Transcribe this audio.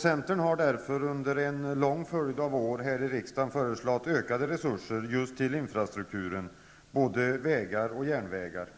Centern har därför under en lång följd av år här i riksdagen föreslagit ökade resurser till infrastrukturen, både vägar och järnvägar.